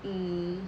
um